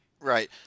Right